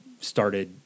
started